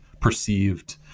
perceived